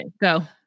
go